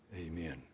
Amen